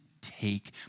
Take